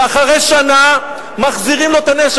ואחרי שנה מחזירים לו את הנשק,